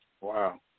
Wow